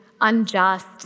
unjust